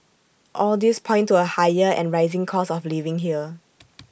all these point to A higher and rising cost of living here